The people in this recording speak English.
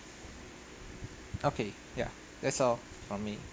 okay ya that's all from me